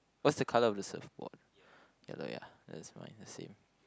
what's the color of the surfboard yellow ya that's mine the same